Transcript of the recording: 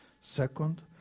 Second